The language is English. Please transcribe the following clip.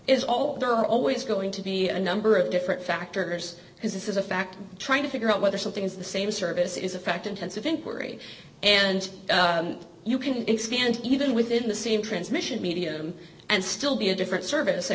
are always going to be a number of different factors because this is a fact trying to figure out whether something is the same service is a fact intensive inquiry and you can expand even within the same transmission medium and still be a different service i